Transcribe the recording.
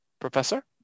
Professor